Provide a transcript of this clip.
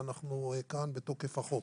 ואנחנו כאן בתוקף החוק.